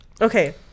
Okay